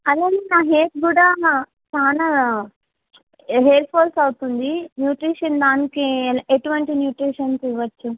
అదే అండి నా హెయిర్ కూడా చాలా హె హెయిర్ ఫాల్స్ అవుతుంది న్యూట్రిషన్ దానికి ఎ ఎటువంటి న్యూట్రిషన్స్ ఇవ్వచ్చు